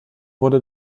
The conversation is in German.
wurde